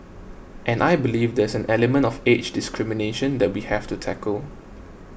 and I believe there's an element of age discrimination that we have to tackle